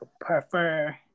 prefer